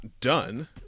done